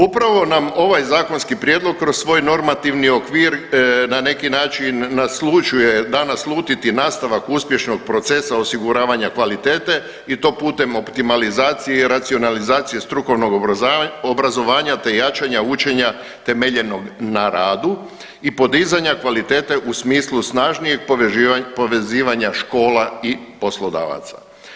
Upravo nam ovaj zakonski prijedlog kroz svoj normativni okvir na neki način naslućuje, da naslutiti nastavak uspješnog procesa osiguravanja kvalitete i to putem optimalizacije i racionalizacije strukovnog obrazovanja te jačanja, učenja temeljenog na radu i podizanja kvalitete u smislu snažnijeg povezivanja škola i poslodavaca.